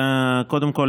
קודם כול,